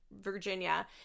Virginia